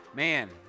Man